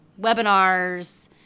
webinars